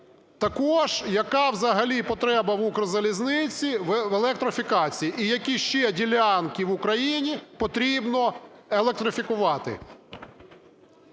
Також яка взагалі потреба в "Укрзалізниці" в електрифікації і які ще ділянки в Україні потрібно електрифікувати?